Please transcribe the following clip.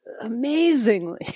amazingly